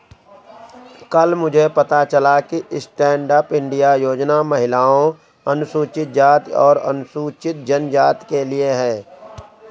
कल मुझे पता चला कि स्टैंडअप इंडिया योजना महिलाओं, अनुसूचित जाति और अनुसूचित जनजाति के लिए है